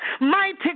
Mighty